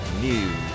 News